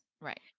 Right